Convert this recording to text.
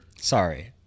sorry